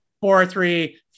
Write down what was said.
four-three